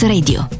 Radio